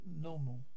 normal